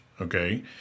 okay